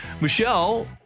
Michelle